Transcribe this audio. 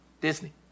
Disney